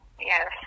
Yes